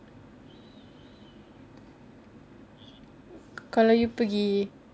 kalau you pergi